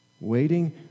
Waiting